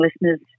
listeners